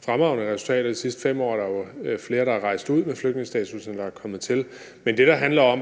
fremragende resultater. I de sidste 5 år er der jo flere med flygtningestatus, der er rejst ud, end der er kommet til. Men det, der handler om,